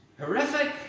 horrific